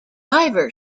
diver